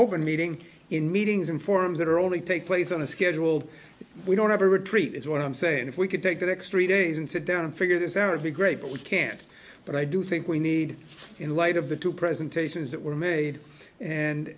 open meeting in meetings and forums that are only take place on a scheduled we don't have a retreat is what i'm saying if we could take the next three days and sit down and figure this out to be great but we can't but i do think we need in light of the two presentations that were made and